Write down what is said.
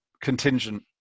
contingent